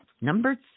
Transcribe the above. number